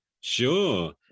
Sure